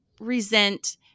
resent